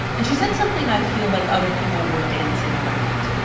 and she said something i feel like other people were dancing around.